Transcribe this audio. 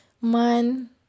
man